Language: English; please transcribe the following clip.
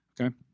okay